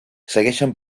segueixen